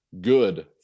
good